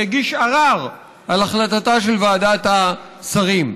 שהגיש ערר על החלטתה של ועדת השרים.